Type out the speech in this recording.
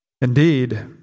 indeed